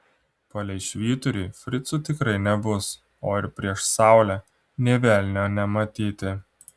palei švyturį fricų tikrai nebus o ir prieš saulę nė velnio nematyti